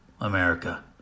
America